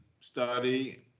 study